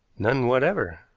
none whatever.